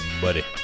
buddy